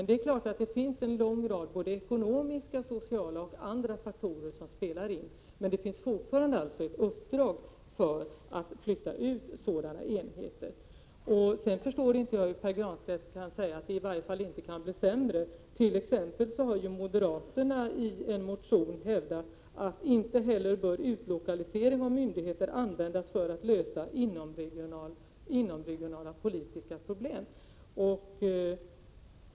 Det är klart att en lång rad ekonomiska, sociala och andra faktorer spelar in. Men fortfarande finns alltså uppdraget att flytta ut sådana enheter. Sedan förstår jag inte hur Pär Granstedt kan säga att det i varje fall inte kan bli sämre. Moderaterna har t.ex. i en motion hävdat att inte heller utlokalisering av myndigheter bör användas för att lösa inomregionala politiska problem.